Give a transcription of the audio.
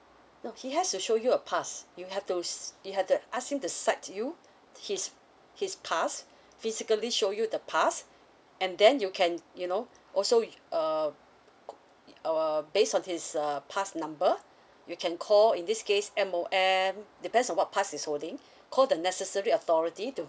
okay he has to show you a pass you have to you have to ask you the sides you his his pass physically show you the pass and then you can you know also um uh based on his uh pass number you can call in this case M_O_M depends on what pass he's holding call the necessary authority to